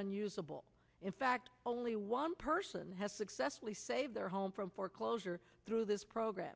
unusable in fact only one person has successfully saved their home from foreclosure through this program